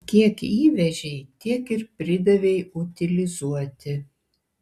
kiek įvežei tiek ir pridavei utilizuoti